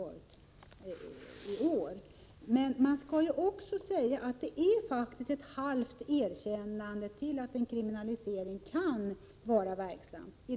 Vad som står på s. 14 i betänkandet är faktiskt ett halvt erkännande av att en kriminalisering kan vara verksam.